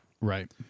right